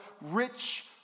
rich